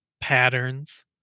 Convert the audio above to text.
patterns